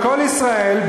ב"קול ישראל",